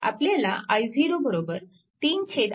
आपल्याला i0 328A मिळते